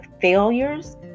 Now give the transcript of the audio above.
failures